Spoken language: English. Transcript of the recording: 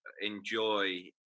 enjoy